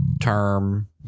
term